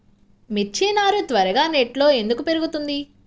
మిర్చి నారు త్వరగా నెట్లో ఎందుకు పెరుగుతుంది?